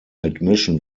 admission